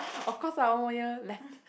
of course lah one more year left